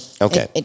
Okay